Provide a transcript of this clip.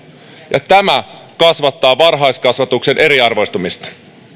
mikä kasvattaa varhaiskasvatuksen eriarvoistumista